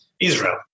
Israel